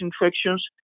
infections